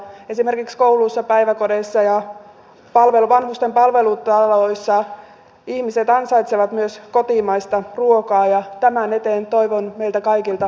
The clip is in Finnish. esimerkiksi kouluissa päiväkodeissa ja vanhusten palvelutaloissa ihmiset ansaitsevat myös kotimaista ruokaa ja tämän eteen toivon meiltä kaikilta ponnisteluja